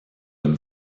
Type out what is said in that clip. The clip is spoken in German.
ein